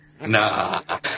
Nah